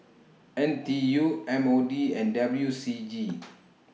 N T U M O D and W C G